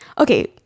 okay